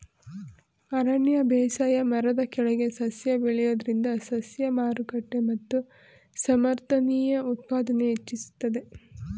ಅರಣ್ಯ ಬೇಸಾಯ ಮರದ ಕೆಳಗೆ ಸಸ್ಯ ಬೆಳೆಯೋದ್ರಿಂದ ಸಸ್ಯ ಮಾರುಕಟ್ಟೆ ಮತ್ತು ಸಮರ್ಥನೀಯ ಉತ್ಪಾದನೆ ಹೆಚ್ಚಿಸ್ತದೆ